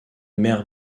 mère